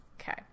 Okay